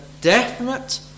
definite